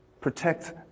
protect